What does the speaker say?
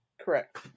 Correct